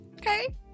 Okay